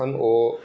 हम ओ